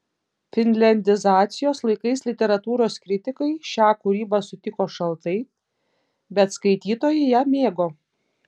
finliandizacijos laikais literatūros kritikai šią kūrybą sutiko šaltai bet skaitytojai ją mėgo